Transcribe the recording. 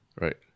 Right